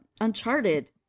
Uncharted